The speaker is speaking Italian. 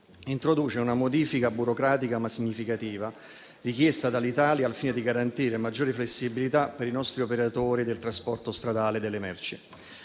introduce una modifica burocratica ma significativa richiesta dall'Italia al fine di garantire maggiore flessibilità per i nostri operatori del trasporto stradale delle merci.